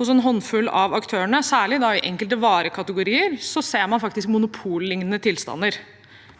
Hos en håndfull av aktørene, særlig i enkelte varekategorier, ser man faktisk monopollignende tilstander,